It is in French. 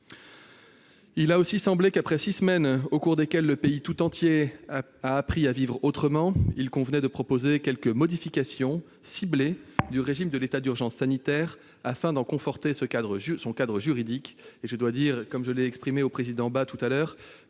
Il a aussi semblé que, après six semaines au cours desquelles le pays tout entier a appris à vivre autrement, il convenait de proposer quelques modifications ciblées du régime de l'état d'urgence sanitaire afin d'en conforter le cadre juridique. Je l'ai dit à Philippe Bas, président de la